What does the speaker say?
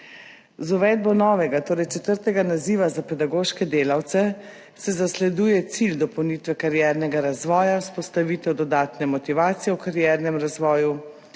Z uvedbo novega, torej četrtega naziva za pedagoške delavce se zasleduje cilj dopolnitve kariernega razvoja, vzpostavitev dodatne motivacije v kariernem razvoju,